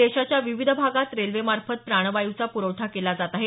देशाच्या विविध भागांत रेल्वेमार्फत प्राणवायूचा पुरवठा केला जात आहे